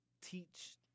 teach